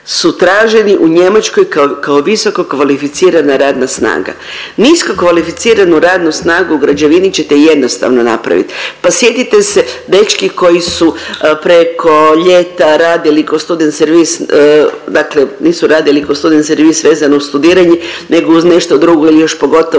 su traženi u Njemačkoj kao visokokvalificirana radna snaga. Niskokvalificiranu radnu snagu u građevini ćete jednostavno napraviti, pa sjetite se dečki koji su preko ljeta radili kao student servis, dakle nisu radili kroz student servis vezano uz studiranje nego uz nešto drugo ili još pogotovo